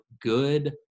good